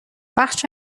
بخش